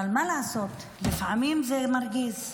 מה לעשות, לפעמים זה מרגיז,